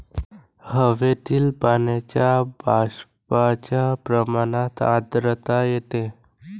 हवेतील पाण्याच्या बाष्पाच्या प्रमाणात आर्द्रता येते